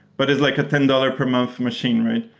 but it's like ten dollars per month machine, right?